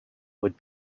would